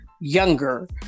younger